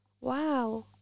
wow